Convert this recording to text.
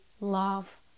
love